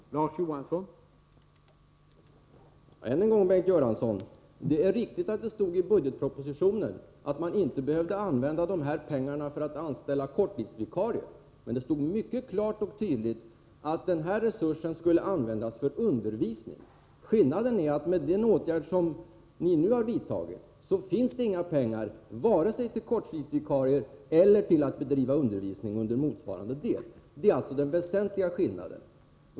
Herr talman! Än en gång, Bengt Göransson: Det är riktigt att det stod i budgetpropositionen att man inte behövde använda dessa pengar för att anställa korttidsvikarier. Men det stod också mycket klart och tydligt att den här resursen skulle användas för undervisning. Skillnaden är att med den åtgärd som ni nu vidtagit, så finns det inga pengar, vare sig till korttidsvikarier eller till att bedriva undervisning under motsvarande tid. Det är alltså den väsentliga skillnaden.